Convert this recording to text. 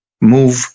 move